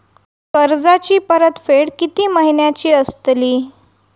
कर्जाची परतफेड कीती महिन्याची असतली?